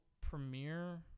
premiere